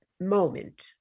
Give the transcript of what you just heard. moment